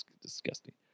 Disgusting